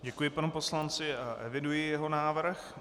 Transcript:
Děkuji panu poslanci a eviduji jeho návrh.